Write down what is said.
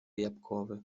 jabłkowy